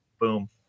boom